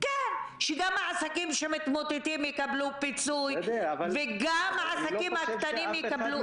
שגם העסקים שמתמוטטים יקבלו פיצוי וגם העסקים הקטנים יקבלו.